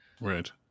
right